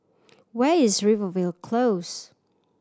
where is Rivervale Close